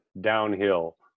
downhill